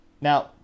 Now